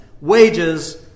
wages